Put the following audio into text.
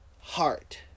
heart